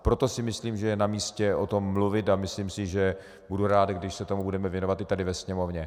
Proto si myslím, že je namístě o tom mluvit, a myslím, že budu rád, když se tomu budeme věnovat i tady ve Sněmovně.